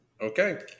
okay